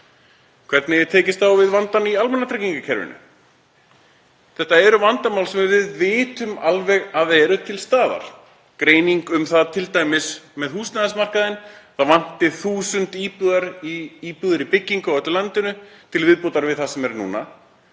Hvernig er tekist á við vandann í almannatryggingakerfinu? Þetta eru vandamál sem við vitum alveg að eru til staðar. Það er til greining um það, t.d. með húsnæðismarkaðinn, að það vanti 1.000 íbúðir í byggingu á öllu landinu til viðbótar við það sem er núna.